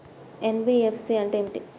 NBFC అంటే ఏమిటి?